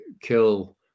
kill